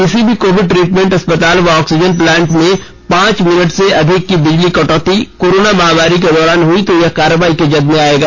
किसी भी covid treatment अस्पताल व ऑक्सीजन प्लांट में पांच मिनट से अधिक की बिजली कटौती कोरोना महामारी के दौरान हुई तो यह कार्रवाई की जद में आएगा